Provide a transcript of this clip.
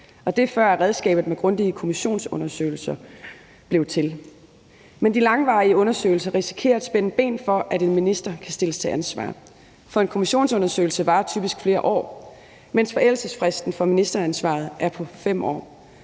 Det var, før redskabet med grundige kommissionsundersøgelser blev til. Men med de langvarige undersøgelser risikerer man at spænde ben for, at en minister kan stilles til ansvar, for en kommissionsundersøgelse varer typisk flere år, mens forældelsesfristen for ministeransvaret er på 5 år.